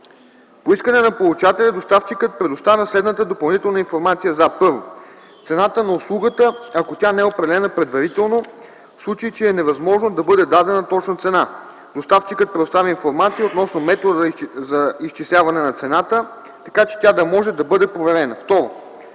По искане на получателя доставчикът предоставя следната допълнителна информация за: 1. цената на услугата, ако тя не е определена предварително. В случай, че е невъзможно да бъде дадена точна цена, доставчикът предоставя информация относно метода за изчисляване на цената, така че тя да може да бъде проверена;